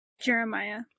Jeremiah